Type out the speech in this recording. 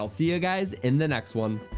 ah see ya guys in the next one!